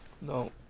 No